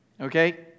Okay